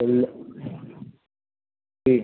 হুম হুম